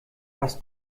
was